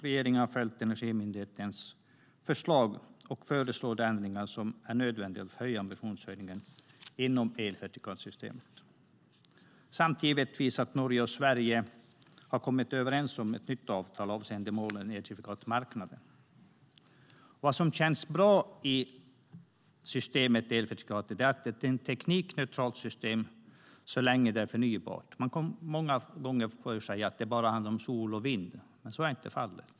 Regeringen har följt Energimyndighetens förslag och föreslår de ändringar som är nödvändiga för att höja ambitionerna inom elcertifikatssystemet. Samtidigt har Norge och Sverige kommit överens om ett nytt avtal avseende målen för elcertifikatsmarknaden. Vad som känns bra med elcertifikatssystemet är att det är teknikneutralt så länge som det är förnybart. Många säger att det bara är fråga om sol och vind, men så är inte fallet.